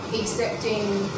Accepting